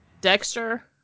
Dexter